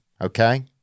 okay